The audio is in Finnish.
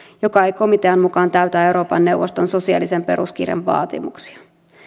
joka ei komitean mukaan täytä euroopan neuvoston sosiaalisen peruskirjan vaatimuksia